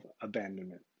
Abandonment